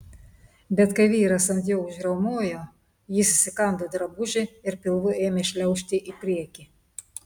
bet kai vyras ant jo užriaumojo jis įsikando drabužį ir pilvu ėmė šliaužti į priekį